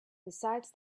besides